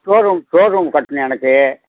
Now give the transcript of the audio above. store room store room கட்டணும் எனக்கு